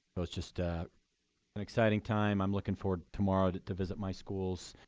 it was just an exciting time. i'm looking forward tomorrow to visit my schools.